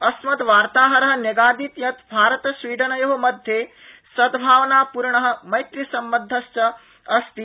अस्मद्वार्ताहर न्यगादीत् यत् भारतस्वीडनयो मध्ये सद्भावनापूर्ण मैत्रीसम्बन्धश्च अस्ति